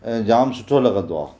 ऐं जाम सुठो लॻंदो आहे